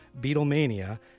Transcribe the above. Beatlemania